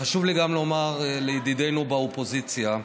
חשוב לי גם לומר לידידינו באופוזיציה: